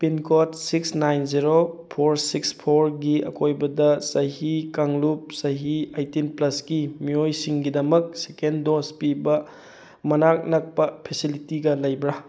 pincode six nine zero four six ꯐꯣꯔꯒꯤ ꯑꯀꯣꯏꯕꯗ ꯆꯍꯤ ꯀꯥꯡꯂꯨꯞ ꯆꯍꯤ ꯑꯩꯠꯇꯤꯟ ꯄ꯭ꯂꯁꯀꯤ ꯃꯤꯑꯣꯏꯁꯤꯡꯒꯤꯗꯃꯛ ꯁꯦꯀꯦꯟ ꯗꯣꯁ ꯄꯤꯕ ꯃꯅꯥꯛ ꯅꯛꯄ ꯐꯦꯁꯤꯂꯤꯒ ꯂꯩꯕ꯭ꯔ